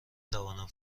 توانم